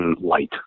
light